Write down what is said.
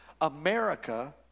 America